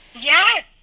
Yes